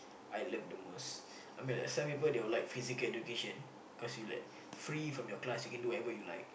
I love the most I mean like some people will like physical education cause you like free from your class you can do whatever you like